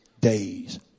days